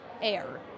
air